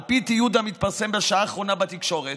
על פי תיעוד המתפרסם בשעה האחרונה בתקשורת,